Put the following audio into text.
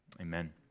Amen